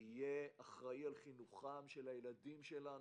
יהיה אחראי על חינוך הילדים שלנו.